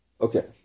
Okay